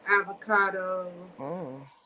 avocado